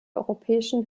europäischen